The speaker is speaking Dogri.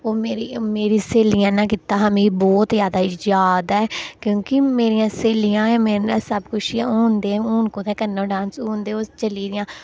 ओह् मेरी मेरी स्हेलियां ने कीता हा मीं बहुत ज्यादा याद ऐ क्योंकि मेरियां स्हेलियां ऐ मेरे ने सब कुछ हियां हून दे हून कुत्थै करना डांस हून ते ओ चली दियां